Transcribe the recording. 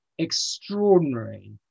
extraordinary